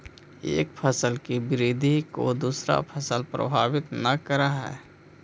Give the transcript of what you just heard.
एक फसल की वृद्धि को दूसरा फसल प्रभावित न करअ हई